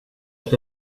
què